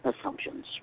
assumptions